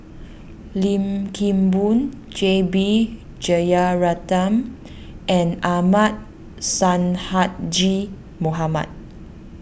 Lim Kim Boon J B Jeyaretnam and Ahmad Sonhadji Mohamad